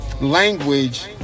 language